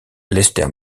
lester